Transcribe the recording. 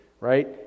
right